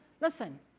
Listen